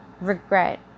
regret